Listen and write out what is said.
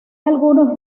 algunos